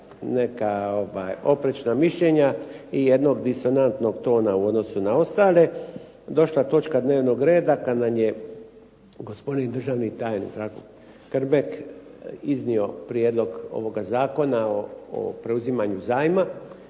neka oprečna mišljenja i jednog disonantnog tona u odnosu na ostale došla točka dnevnog reda pa nam je gospodin državni tajnik Zdravko Krmek iznio prijedlog ovoga Zakona o preuzimanju zajma